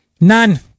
None